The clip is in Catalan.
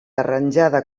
arranjada